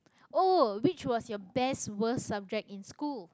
!oh! which was your best worst subject in school